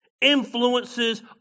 influences